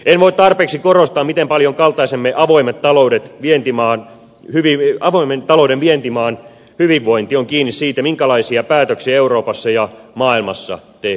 en voi tarpeeksi korostaa miten paljon kaltaisemme avoimen talouden vientimaan hyvinvointi on kiinni siitä minkälaisia päätöksiä euroopassa ja maailmassa tehdään